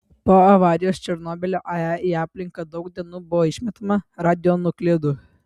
po avarijos černobylio ae į aplinką daug dienų buvo išmetama radionuklidų